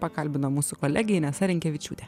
pakalbino mūsų kolegė inesa rinkevičiūtė